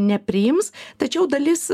nepriims tačiau dalis